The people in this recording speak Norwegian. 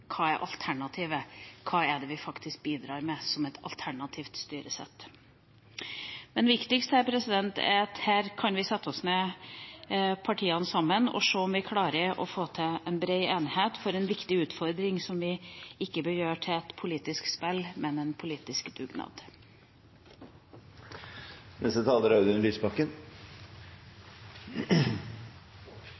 Hva er alternativet? Hva er det vi faktisk bidrar med som et alternativt styresett? Men viktigst er at her kan vi – partiene – sette oss ned sammen og se om vi klarer å få til en brei enighet om en viktig utfordring som vi ikke bør gjøre til et politisk spill, men en politisk dugnad.